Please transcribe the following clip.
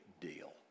deal